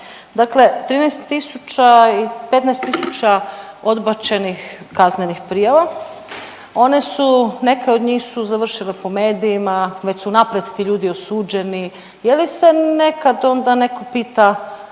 Dakle, 13 tisuća i 15 tisuća odbačenih kaznenih prijava, one su neke od njih su završile po medijima, već su unaprijed ti ljudi osuđeni, je li se nekad onda pita